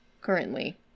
currently